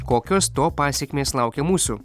kokios to pasekmės laukia mūsų